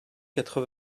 quatre